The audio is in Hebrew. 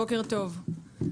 בוקר טוב.